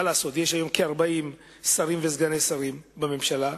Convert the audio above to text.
מה לעשות, יש היום כ-40 שרים וסגני שרים בממשלה,